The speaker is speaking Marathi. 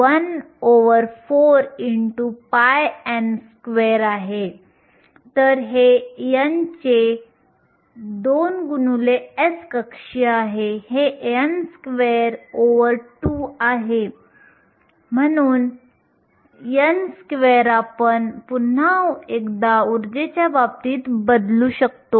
आपण इलेक्ट्रॉनसाठी जे काही डेरिवेशन केले आहे आपण व्हॅलेन्स बँडमधील छिद्रांसाठी तितकेच करू शकतो